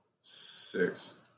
six